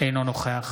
אינו נוכח